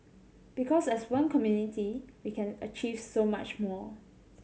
because as one community we can achieve so much more